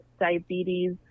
diabetes